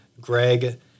Greg